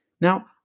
Now